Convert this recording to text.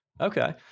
okay